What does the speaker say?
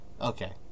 Okay